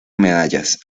medallas